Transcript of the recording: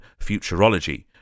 Futurology